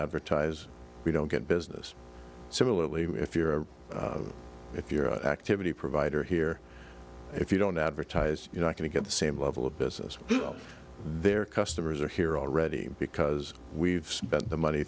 advertise we don't get business similarly if you're a if your activity provider here if you don't advertise you know i can get the same level of business their customers are here already because we've spent the money